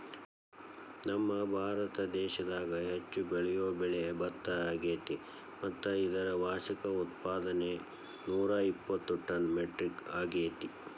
ನಮ್ಮಭಾರತ ದೇಶದಾಗ ಹೆಚ್ಚು ಬೆಳಿಯೋ ಬೆಳೆ ಭತ್ತ ಅಗ್ಯಾತಿ ಮತ್ತ ಇದರ ವಾರ್ಷಿಕ ಉತ್ಪಾದನೆ ನೂರಾಇಪ್ಪತ್ತು ಟನ್ ಮೆಟ್ರಿಕ್ ಅಗ್ಯಾತಿ